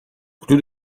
حدود